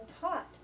taught